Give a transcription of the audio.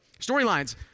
storylines